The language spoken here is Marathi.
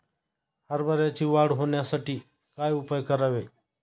हरभऱ्याची वाढ होण्यासाठी काय उपाय करावे?